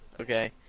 okay